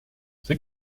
c’est